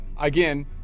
again